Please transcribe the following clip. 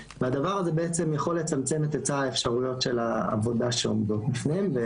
והדבר הזה בעצם יכול לצמצם את היצע האפשרויות של העבודה שעומדות בפניהן.